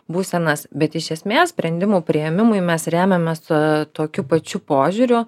būsenas bet iš esmės sprendimų priėmimui mes remiamės tokiu pačiu požiūriu